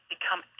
become